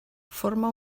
forma